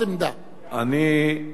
דעה נוספת.